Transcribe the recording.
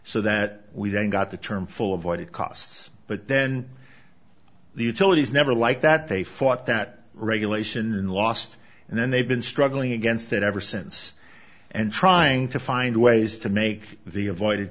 so that we then got the term full of what it costs but then the utilities never like that they fought that regulation last and then they've been struggling against it ever since and trying to find ways to make the avoided